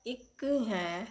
ਇੱਕ ਹੈ